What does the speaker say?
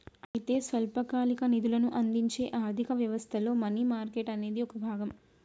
అయితే స్వల్పకాలిక నిధులను అందించే ఆర్థిక వ్యవస్థలో మనీ మార్కెట్ అనేది ఒక భాగం